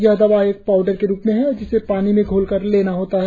यह दवा एक पाउडर के रुप में है जिसे पानी में घोलकर लेना होता है